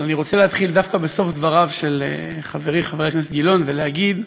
אבל אני רוצה להתחיל דווקא בסוף דבריו של חברי חבר הכנסת גילאון ולהגיד,